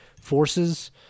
forces